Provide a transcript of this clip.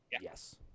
Yes